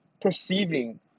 perceiving